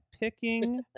Picking